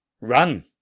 Run